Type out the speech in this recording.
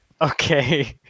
Okay